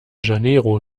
janeiro